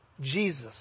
Jesus